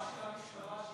והתגובה של המשטרה,